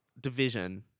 division